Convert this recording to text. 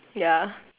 ya